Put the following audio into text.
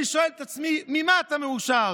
אני שואל את עצמי, ממה אתה מאושר?